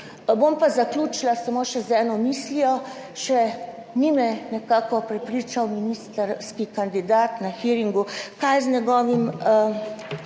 Bom pa zaključila samo še z eno mislijo še. Ni me nekako prepričal, ministrski kandidat na hearingu, kaj je z njegovim,